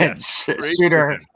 Shooter